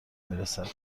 میرسد